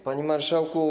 Panie Marszałku!